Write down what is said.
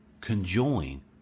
conjoin